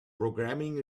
programming